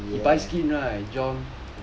yes